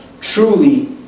truly